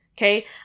Okay